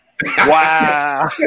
Wow